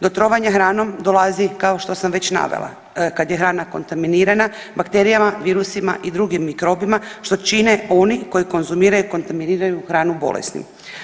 Do trovanja hranom dolazi, kao što sam već navela, kad je hrana kontaminirana bakterijama, virusima i drugim mikrobima što čine oni koji konzumiraju kontaminiranu hranu bolesnim.